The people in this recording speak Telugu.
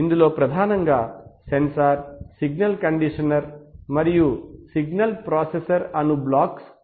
ఇందులో ప్రధానంగా సెన్సార్ సిగ్నల్ కండిషనర్ మరియు సిగ్నల్ ప్రాసెసర్ అను బ్లాక్స్ ఉంటాయి